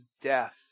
death